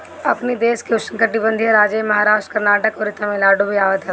अपनी देश में उष्णकटिबंधीय राज्य में महाराष्ट्र, कर्नाटक, अउरी तमिलनाडु भी आवत हवे